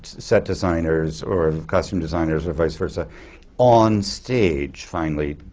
set designers or costume designers or vice versa on stage finally,